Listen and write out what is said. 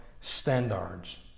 Standards